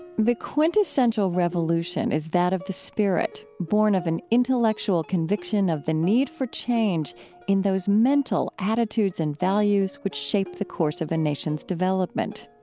the quintessential revolution is that of the spirit, born of an intellectual conviction of the need for change in those mental attitudes and values which shape the course of a nation's development,